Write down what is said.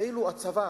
כאילו הצבא,